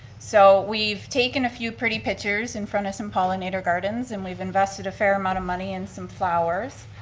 so we've taken a few pretty pictures in front of some pollinator gardens, and we've invested a fair amount of money in some flowers,